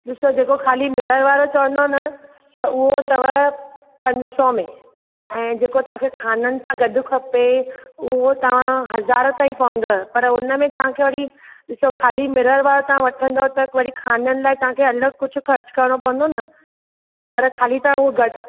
ॾिसो जेको ख़ाली मिरर वारो चवंदा न त उहो अथव पंज सौ में ऐं जेको तव्हांखे खाननि सां गॾु खपे उहो तव्हांखे हज़ार ताईं पवंदो पर हुनमें तव्हांखे वरी ॾिसो ख़ाली मिरर वारो तव्हां वठंदा त वरी खाननि लाइ तव्हांखे अलगि॒ कुझु खर्च करणो पवंदो न पर ख़ाली तव्हांखे उहो गॾु